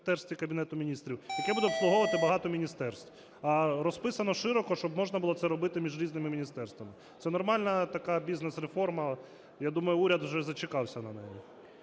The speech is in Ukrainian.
яке буде обслуговувати багато міністерств. А розписано широко, щоб можна було це робити між різними міністерствами. Це нормальна така бізнес-реформа, я думаю, уряд вже зачекався на неї.